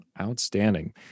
outstanding